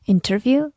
Interview